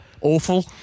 Awful